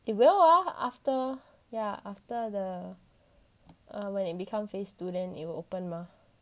it will ah after ya after the uh when it become phase two then it will open mah